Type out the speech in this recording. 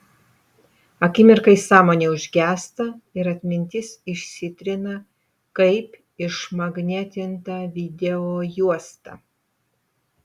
akimirkai sąmonė užgęsta ir atmintis išsitrina kaip išmagnetinta videojuosta